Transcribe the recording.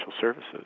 services